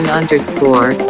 underscore